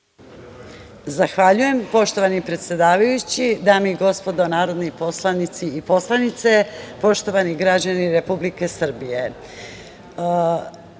Zahvaljujem. Poštovan predsedavajući, dame i gospodo narodni poslanici i poslanice, poštovani građani Republike Srbije,